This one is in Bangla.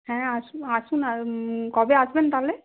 হ্যাঁ আসুন আসুন কবে আসবেন তাহলে